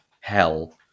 hell